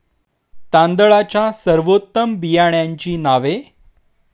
तांदळाच्या सर्वोत्तम बियाण्यांची नावे?